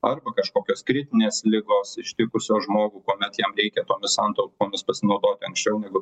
arba kažkokios kritinės ligos ištikusios žmogų kuomet jam reikia tomis santaupomis pasinaudoti anksčiau negu